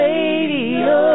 Radio